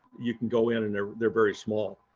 you can go in and they're they're very small.